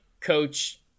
coach